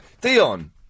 Dion